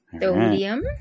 Sodium